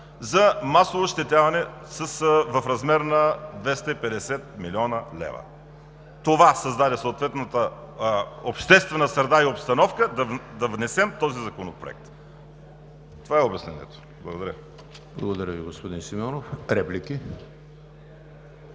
за масово ощетяване в размер на 250 млн. лв. Това създаде съответната обществена среда и обстановка да внесем този законопроект. Това е обяснението. Благодаря. ПРЕДСЕДАТЕЛ ЕМИЛ ХРИСТОВ: Благодаря Ви, господин Симеонов. Реплики?